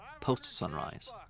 post-sunrise